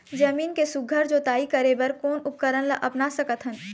जमीन के सुघ्घर जोताई करे बर कोन उपकरण ला अपना सकथन?